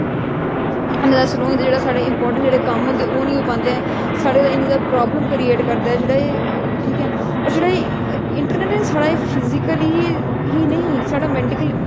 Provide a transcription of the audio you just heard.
इन्ना जादा स्लो होई जंदा जेह्ड़े साढ़े इमपाटेंट कम्म होंदे ओह् नेईं होई पांदे ऐ साढ़े उत्थें इन्नी ज्यादा प्राब्लम करियेट करदा ऐ जेह्ड़ा एह् ठीक ऐ होर जेह्ड़ा एह् इंटरनेट साढ़ा एह् फिजीकली ही नेईं साढ़ा मेन्टीकली